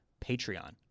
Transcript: Patreon